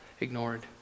ignored